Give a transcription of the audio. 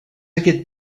aquest